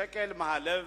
שקל מהלב,